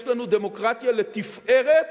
יש לנו דמוקרטיה לתפארת.